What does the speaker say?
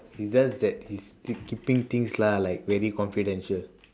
it's just that he's keep~ keeping things lah like very confidential